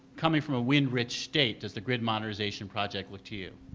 coming from a wind rich state, does the grid modernization project look to you?